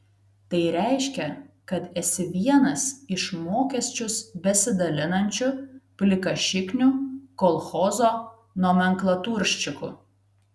tai reiškia kad esi vienas iš mokesčius besidalinančių plikašiknių kolchozo nomenklaturščikų